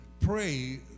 pray